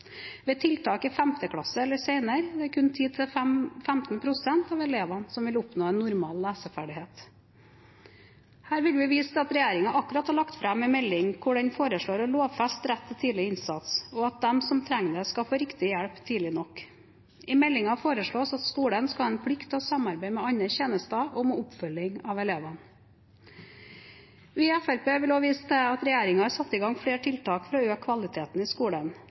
Ved tiltak i femte klasse eller senere, er det kun 10 til 15 pst. av elevene som vil oppnå normal leseferdighet. Her vil vi vise til at regjeringen akkurat har lagt fram en melding hvor den foreslår å lovfeste rett til tidlig innsats, og at de som trenger det, skal få riktig hjelp tidlig nok. I meldingen foreslås det at skolen skal ha en plikt til å samarbeide med andre tjenester om oppfølging av elevene. Vi i Fremskrittspartiet vil også vise til at regjeringen har satt i gang flere tiltak for å øke kvaliteten i skolen.